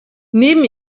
neben